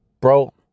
bro